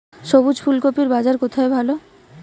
সবুজ ফুলকপির বাজার কোথায় ভালো?